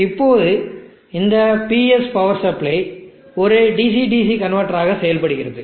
இப்போது இந்த PS power supply ஒரு DC DC கன்வட்டர் ஆக செயல்படுகிறது